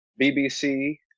BBC